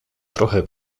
trochę